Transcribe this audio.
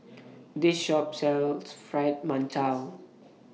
This Shop sells Fried mantou